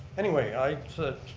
anyway i